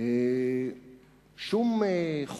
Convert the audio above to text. שום חוק,